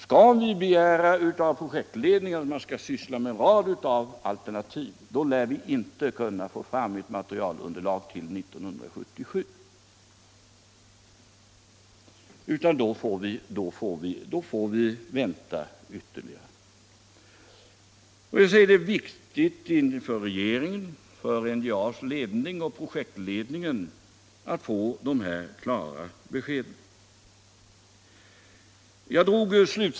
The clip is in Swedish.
Skall vi begära av projektledningen att den skall syssla med en rad av alternativ, då lär vi inte kunna få fram ett materialunderlag till 1977, utan då får vi vänta ytterligare. Det är viktigt för regeringen, för NJA:s ledning och för projektledningen att få de här klara beskeden.